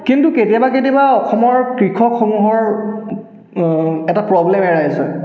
কিন্তু কেতিয়াবা কেতিয়াবা অসমৰ কৃষকসমূহৰ এটা প্ৰব্লেম এৰাইজ হয়